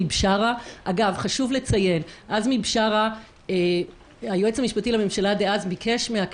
בשורה של מקרים נקבע על-ידי הייעוץ המשפטי לכנסת,